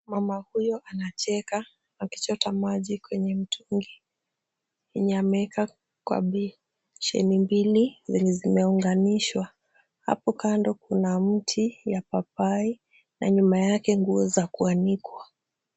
Mama huyo anacheka akichota maji kwenye mtungi. Yenye ameweka kwa bisheni mbili zenye zimeunganishwa. Hapo kando kuna mti ya papai na nyuma yake nguo za kuandikwa.